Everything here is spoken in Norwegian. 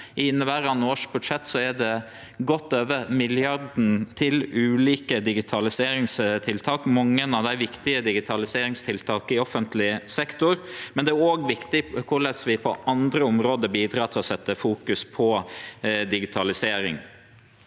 inneverande år er det godt over milliarden til ulike digitaliseringstiltak, mange av dei viktige digitaliseringstiltak i offentleg sektor, men det er òg viktig korleis vi på andre område bidrar til å setje digitalisering